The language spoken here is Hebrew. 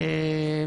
תראו,